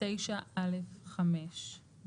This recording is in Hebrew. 9(א)(5).";